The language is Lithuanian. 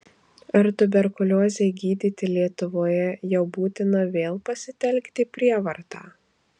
ar tuberkuliozei gydyti lietuvoje jau būtina vėl pasitelkti prievartą